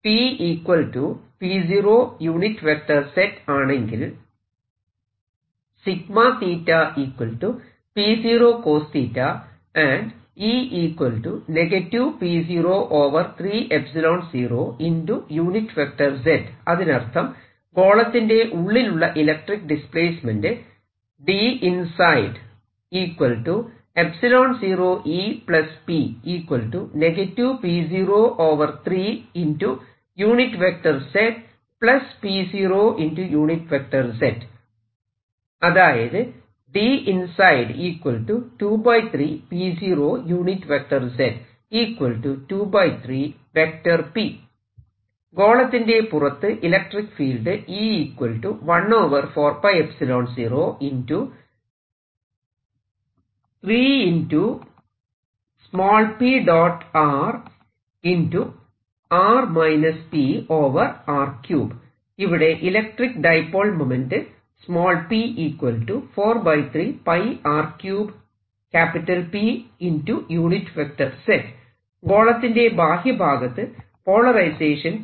P P 0 z ആണെങ്കിൽ അതിനർത്ഥം ഗോളത്തിന്റെ ഉള്ളിലുള്ള ഇലക്ട്രിക്ക് ഡിസ്പ്ലേസ്മെന്റ് അതായത് ഗോളത്തിന്റെ പുറത്ത് ഇലക്ട്രിക്ക് ഫീൽഡ് ഇവിടെ ഇലക്ട്രിക്ക് ഡൈപോൾ മോമെന്റ്റ് ഗോളത്തിന്റെ ബാഹ്യഭാഗത്ത് പോളറൈസേഷൻ P 0 ആണ്